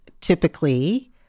typically